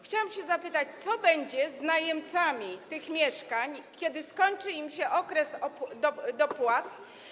Chciałam się zapytać, co będzie z najemcami tych mieszkań, kiedy skończy im się okres dopłat.